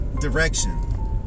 direction